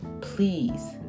please